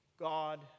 God